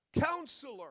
Counselor